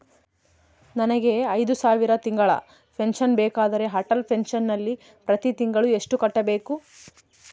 ನನಗೆ ಐದು ಸಾವಿರ ತಿಂಗಳ ಪೆನ್ಶನ್ ಬೇಕಾದರೆ ಅಟಲ್ ಪೆನ್ಶನ್ ನಲ್ಲಿ ಪ್ರತಿ ತಿಂಗಳು ಎಷ್ಟು ಕಟ್ಟಬೇಕು?